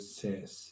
says